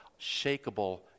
shakable